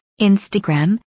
Instagram